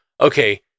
okay